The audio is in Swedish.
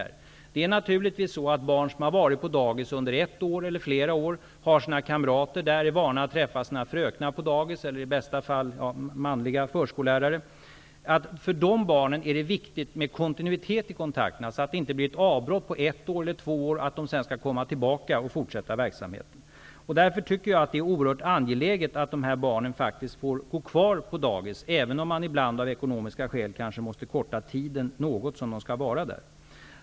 För barn som har varit på dagis under ett eller flera år, har sina kamrater där och är vana att få träffa sina fröknar eller i bästa fall manliga förskollärare på dagis, är det naturligtvis viktigt med kontinuiteten i dessa kontakter, så att det inte blir ett avbrott på ett eller två år och att de sedan skall fortsätta med verksamheten. Därför är det oerhört angeläget att dessa barn får gå kvar på dagis, även om man ibland av ekonomiska skäl något måste korta den tid som de skall vara där.